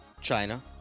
China